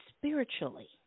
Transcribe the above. spiritually